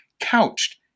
couched